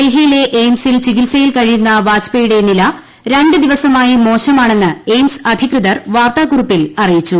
ഡൽഹിയിലെ എയിംസിൽ ചിക്തിസയിൽ കഴിയുന്ന വാജ്പേയിയുടെ നില രണ്ടു ദിവസമായി മോശമാണെന്ന് എയിംസ് അധികൃത്ർ വാർത്താക്കുറിപ്പിൽ അറിയിച്ചു